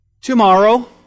Tomorrow